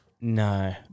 No